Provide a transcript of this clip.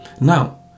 now